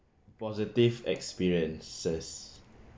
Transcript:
positive experiences